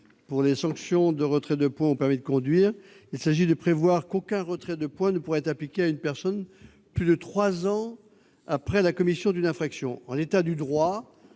pour les retraits de points au permis de conduire. Il s'agit de prévoir qu'aucun retrait de points ne peut être appliqué à une personne plus de trois ans après la commission d'une infraction. En l'état du droit,